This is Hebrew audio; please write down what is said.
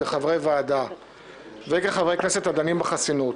כחברי ועדה וכחברי הכנסת הדנים בחסינות,